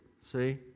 See